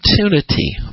opportunity